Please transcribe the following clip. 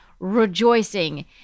rejoicing